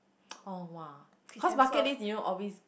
oh !wah! cause bucket list you know always